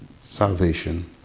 salvation